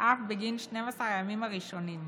אף בגין 12 הימים הראשונים,